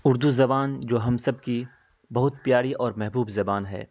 اردو زبان جو ہم سب کی بہت پیاری اور محبوب زبان ہے